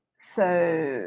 so